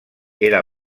era